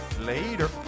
later